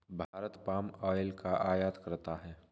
Bharat palm oil का आयात करता है